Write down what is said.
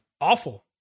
Awful